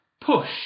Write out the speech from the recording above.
push